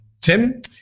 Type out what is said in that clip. tim